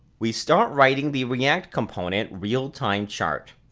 we start writing the react component realtimechart.